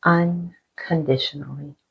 unconditionally